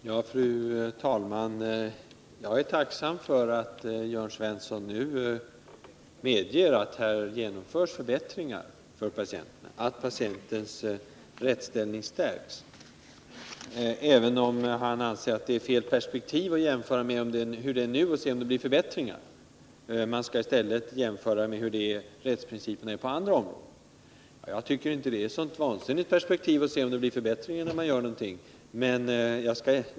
Fru talman! Jag är tacksam för att Jörn Svensson nu medger att här genomförs förbättringar för patienten, att patientens rättsställning stärks — även om han anser att det är fel perspektiv att jämföra med hur det är nu och se vilka förbättringar som sker. Man skall i stället jämföra med rättsprinciperna på andra områden. Jag tycker inte att det är ett så vansinnigt perspektiv att man ser om det blir förbättringar när man gör någonting.